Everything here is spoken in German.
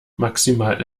maximal